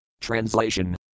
Translation